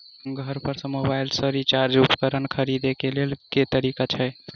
घर पर सऽ मोबाइल सऽ सिचाई उपकरण खरीदे केँ लेल केँ तरीका छैय?